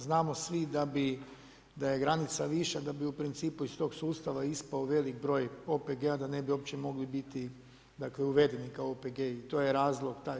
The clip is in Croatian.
Znamo svi da bi da je granica viša da bi u principu iz tog sustava ispao veliki broj OPG-a, da ne bi uopće mogli biti uvedeni kao OPG-i i to je razlog taj.